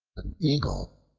an eagle,